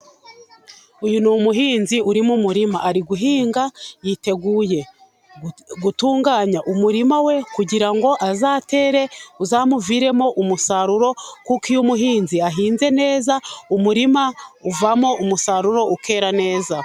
Uyu ni umuhinzi uri mu murima. Ari guhinga, yiteguye gutunganya umurima we, kugira ngo azatere uzamuviremo umusaruro, kuko iyo umuhinzi ahinze neza, umurima uvamo umusaruro ukera neza.